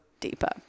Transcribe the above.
deeper